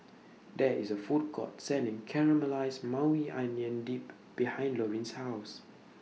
There IS A Food Court Selling Caramelized Maui Onion Dip behind Lorin's House